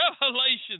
Revelation